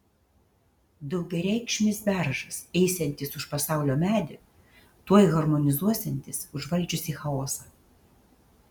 daugiareikšmis beržas eisiantis už pasaulio medį tuoj harmonizuosiantis užvaldžiusį chaosą